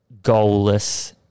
goalless